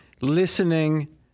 listening